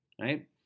Right